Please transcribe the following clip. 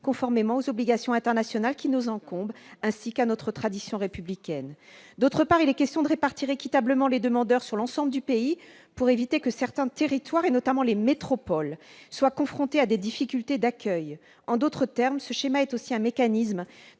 conformément aux obligations internationales qui nous incombent ainsi qu'à notre tradition républicaine ; d'autre part, répartir équitablement les demandeurs sur l'ensemble du pays, pour éviter que certains territoires, notamment les métropoles, ne soient confrontés à des difficultés d'accueil. En d'autres termes, ce schéma est aussi un mécanisme